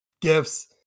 gifts